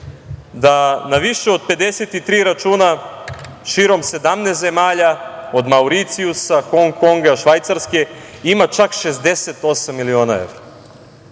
da na više od 53 računa širom 17 zemalja od Mauricijusa, Hong Konga, Švajcarske ima čak 68 miliona evra?